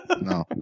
No